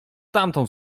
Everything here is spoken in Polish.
tamtą